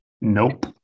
Nope